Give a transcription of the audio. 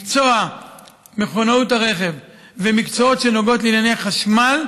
מקצוע מכונאות הרכב ומקצועות שנוגעים לענייני חשמל.